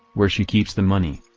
where she keeps the money.